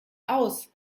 aus